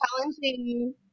challenging